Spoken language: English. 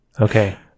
Okay